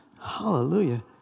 Hallelujah